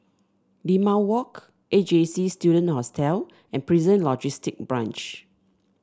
Limau Walk A J C Student Hostel and Prison Logistic Branch